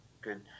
Good